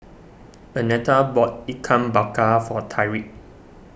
Arnetta bought Ikan Bakar for Tyriq